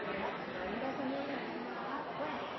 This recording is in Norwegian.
ja da